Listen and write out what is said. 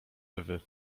ewy